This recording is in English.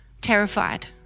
terrified